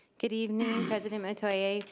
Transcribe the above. good evening president metoyer,